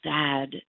sad